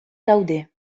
gaude